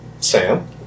Sam